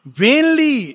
vainly